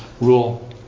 rule